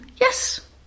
Yes